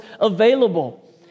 available